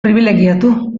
pribilegiatu